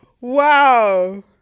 Wow